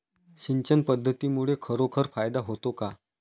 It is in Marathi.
सिंचन पद्धतीमुळे खरोखर फायदा होतो का?